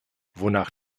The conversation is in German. wonach